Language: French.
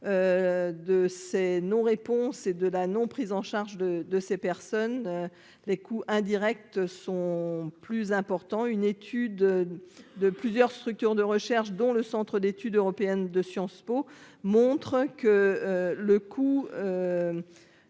de ces non réponses et de la non prise en charge de de ces personnes, les coûts indirects sont plus important, une étude de plusieurs structures de recherches dont le Centre d'études européennes de Sciences Po, montre que le coup